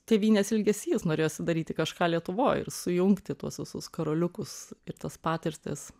tėvynės ilgesys norėjosi daryti kažką lietuvoj ir sujungti tuos visus karoliukus ir tas patirtis